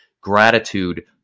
gratitude